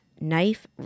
Knife